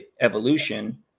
evolution